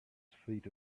feet